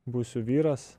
būsiu vyras